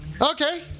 Okay